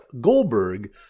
Goldberg